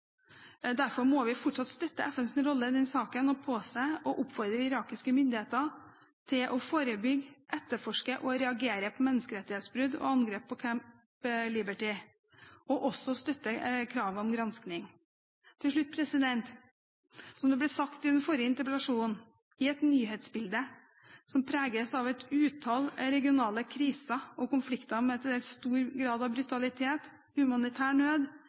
Derfor må vi fortsatt støtte FNs rolle i denne saken og oppfordre irakiske myndigheter til å forebygge, etterforske og reagere på menneskerettighetsbrudd og angrep på Camp Liberty, og også støtte kravet om granskning. Til slutt, som det ble sagt i den forrige interpellasjonsdebatten: I et nyhetsbilde som preges av et utall av regionale kriser og konflikter med til dels stor grad av brutalitet, humanitær nød,